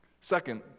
Second